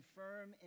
firm